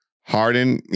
Harden